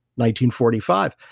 1945